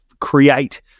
create